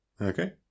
Okay